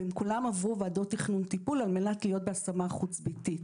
והם כולם עברו ועדות תכנון טיפול על מנת להיות בהשמה חוץ-ביתית.